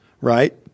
right